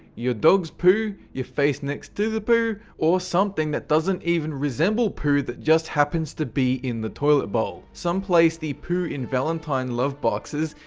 your dogs poo, your face next to the poo or something that doesn't even resemble poo that just happens to be in the toilet bowl some place the poo in valentine love boxes,